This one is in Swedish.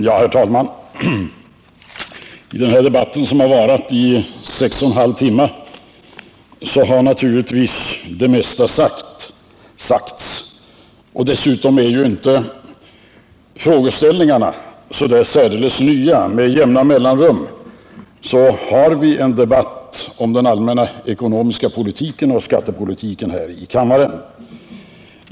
Herr talman! I denna debatt, som nu varat i 6,5 timmar, har naturligtvis det mesta sagts. Dessutom är ju frågeställningarna inte så särdeles nya. Med jämna mellanrum har vi en debatt om den allmänna ekonomiska politiken och skattepolitiken här i kammaren.